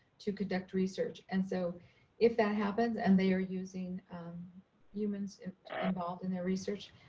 to conduct research. and so if that happens, and they are using humans involved in their research,